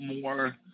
more